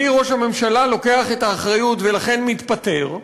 אני, ראש הממשלה, לוקח את האחריות ולכן מתפטר.